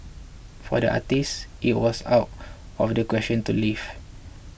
for the artist it was out of the question to leave